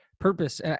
purpose